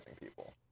people